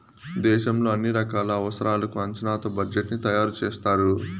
దేశంలో అన్ని రకాల అవసరాలకు అంచనాతో బడ్జెట్ ని తయారు చేస్తారు